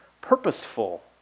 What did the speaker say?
purposeful